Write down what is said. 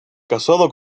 casado